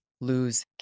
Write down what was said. lose